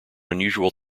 unusual